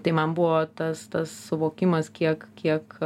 tai man buvo tas tas suvokimas kiek kiek